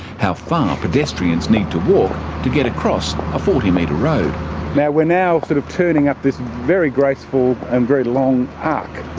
how far pedestrians need to walk to get across a forty metre road. so yeah we're now sort of turning up this very graceful and very long arc.